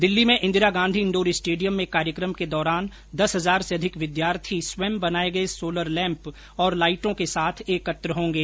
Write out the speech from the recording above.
दिल्ली में Indira Gandhi indoor stadium में एक कार्यक्रम के दौरान दस हजार से अधिक विद्यार्थी स्वयं बनाये गये सोलर लैम्प और लाइटों के साथ एकत्र होंगे